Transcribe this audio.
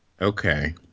Okay